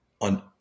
on